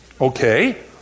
Okay